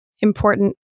important